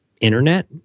internet